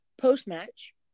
Post-match